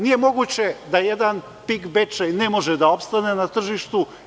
Nije moguće da jedan „PIK Bečej“ ne može da opstane na tržištu.